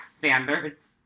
standards